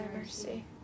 mercy